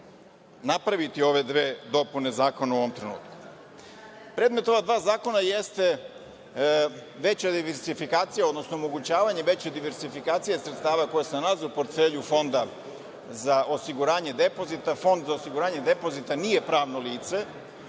napraviti ove dve dopune zakona u ovom trenutku. Predmet ova dva zakona jeste omogućavanje veće diversifikacije sredstava koja se nalaze u portfelju Fonda za osiguranje depozita. Fond za osiguranje depozita nije pravno lice,